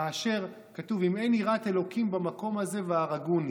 כאשר כתוב "אם אין יראת ה' במקום הזה והרגוני".